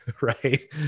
Right